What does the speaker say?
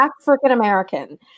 African-American